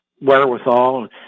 wherewithal